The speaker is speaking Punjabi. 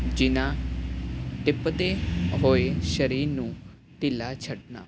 ਜਿਨਾ ਤਿਬਤੇ ਹੋਏ ਸਰੀਰ ਨੂੰ ਢਿਲਾ ਛੱਡਣਾ